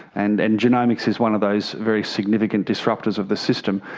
and and genomics is one of those very significant disruptors of the system.